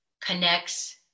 connects